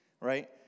right